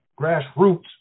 grassroots